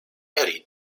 eddie